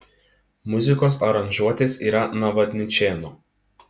muzikos aranžuotės yra navadničėno